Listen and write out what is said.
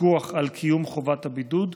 פיקוח על קיום חובת הבידוד,